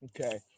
Okay